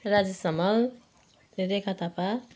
Rajesh Hamal Rekha Thapa